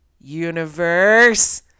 universe